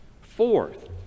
Fourth